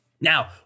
Now